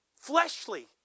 fleshly